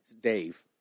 Dave